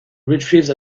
retrieves